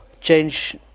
change